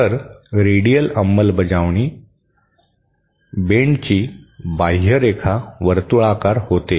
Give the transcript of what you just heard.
तर रेडियल अंमलबजावणी बेंडची बाह्यरेखा वर्तुळाकार होते